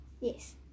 Yes